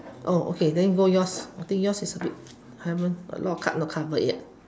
oh okay then go yours I think yours is a bit higher a lot of cards not cover yet